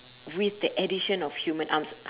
with the addition of human arms